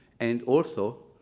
and also,